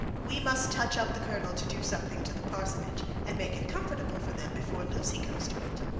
we must touch up the colonel to do some thing to the parsonage, and make it comfortable for them, before lucy goes to it.